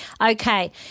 Okay